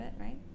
right